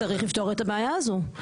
צריך לפתור את הבעיה הזו,